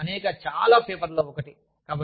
ఇది వ్రాసిన అనేక చాలా పేపర్లలో ఒకటి